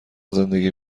زندگی